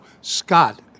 Scott